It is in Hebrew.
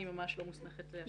אני ממש לא מוסמכת להשיב.